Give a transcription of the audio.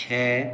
छः